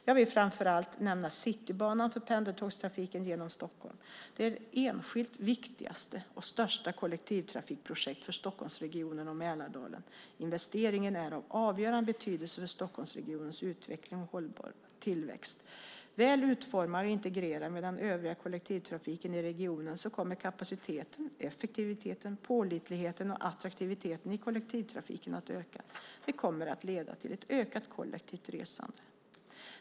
Jag vill framför allt nämna Citybanan för pendeltågstrafiken genom Stockholm. Det är det enskilt viktigaste och största kollektivtrafikprojektet för Stockholmsregionen och Mälardalen. Investeringen är av avgörande betydelse för Stockholmsregionens utveckling och hållbara tillväxt. Väl utformad och integrerad med den övriga kollektivtrafiken i regionen kommer kapaciteten, effektiviteten, pålitligheten och attraktiviteten i kollektivtrafiken att öka. Det kommer att leda till ett ökat kollektivt resande.